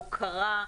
הוקרה,